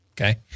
okay